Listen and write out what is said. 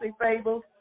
fables